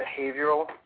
behavioral